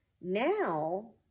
now